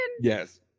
Yes